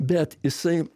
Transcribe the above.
bet jisai